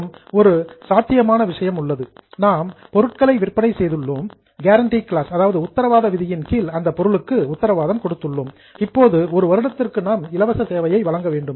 மற்றும் ஒரு பாஸிபில் சாத்தியமான விஷயம் உள்ளது நாம் பொருட்களை விற்பனை செய்துள்ளோம் கேரண்டி கிளாஸ் உத்தரவாத விதியின் கீழ் அந்தப் பொருளுக்கு உத்தரவாதம் கொடுத்துள்ளோம் இப்போது ஒரு வருடத்திற்கு நாம் இலவச சேவையை வழங்க வேண்டும்